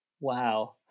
wow